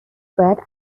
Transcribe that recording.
باید